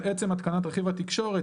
על עצם התקנת רכיב התקשורת,